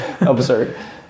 absurd